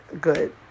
good